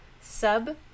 sub